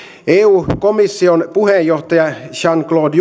eu komission puheenjohtaja jean claude